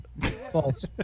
False